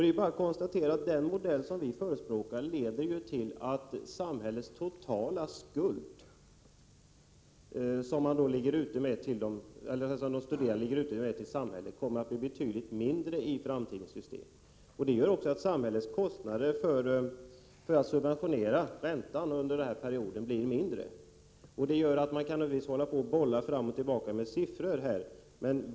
Det är bara att konstatera att den modell som vi förespråkar leder till att de studerandes totala skuld till samhället kommer att bli betydligt mindre i framtidens system. Det gör att samhällets kostnader för att subventionera räntan också blir mindre. Man kan naturligtvis hålla på och bolla fram och tillbaka med siffror här.